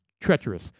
treacherous